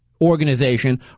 organization